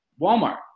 Walmart